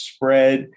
Spread